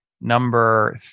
number